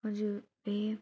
हजुर ए